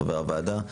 חבר הוועדה,